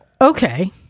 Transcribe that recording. Okay